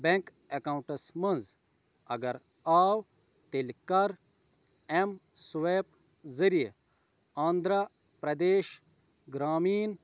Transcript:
bank ایٚکاونٚٹَس منٛز اَگر آو تیٚلہِ کر ایٚم سٕویپ ذریعہ آندھرٛا پرٛدیش گرٛامیٖن